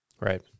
Right